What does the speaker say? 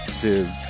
Dude